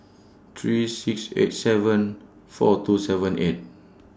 three six eight seven four two seven and